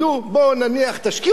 תשקיעו את הכסף בארץ.